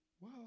Wow